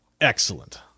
excellent